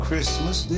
Christmas